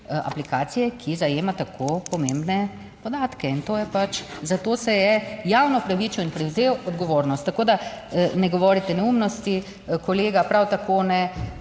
aplikacije, ki zajema tako pomembne podatke in to je pač, za to se je javno opravičil in prevzel odgovornost. Tako da ne govorite neumnosti kolega, prav tako ne